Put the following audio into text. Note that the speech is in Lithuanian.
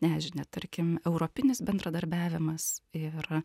nežinia tarkim europinis bendradarbiavimas ir